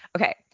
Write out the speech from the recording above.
okay